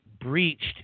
breached